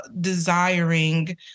desiring